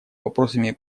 вопросами